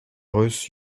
aussi